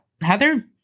Heather